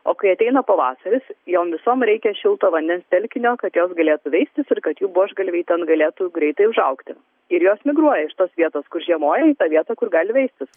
o kai ateina pavasaris jom visom reikia šilto vandens telkinio kad jos galėtų veistis ir kad jų buožgalviai ten galėtų greitai užaugti ir jos migruoja iš tos vietos kur žiemoja į tą vietą kur gali veistis